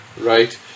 Right